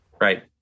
right